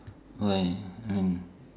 why uh I mean